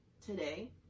today